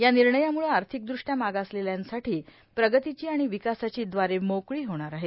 या निर्णयामुळं आर्थिकदृष्ट्या मागासलेल्यांसाठी प्रगतीची आणि विकासाची द्वारे मोकळी होणार आहे